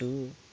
to